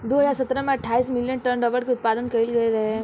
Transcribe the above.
दू हज़ार सतरह में अठाईस मिलियन टन रबड़ के उत्पादन कईल गईल रहे